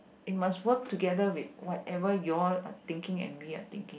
it must work together with whatever you all are thinking and we are thinking